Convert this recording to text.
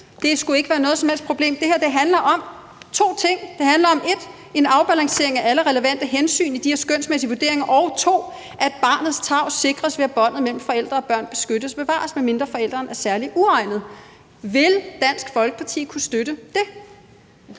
Det skulle ikke være noget som helst problem. Det her handler om to ting: 1) en afbalancering af alle relevante hensyn i de her skønsmæssige vurderinger, og 2) at barnets tarv sikres, ved at båndet mellem forældre og børn beskyttes og bevares, medmindre forælderen er særlig uegnet. Vil Dansk Folkeparti kunne støtte det?